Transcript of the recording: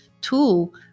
tool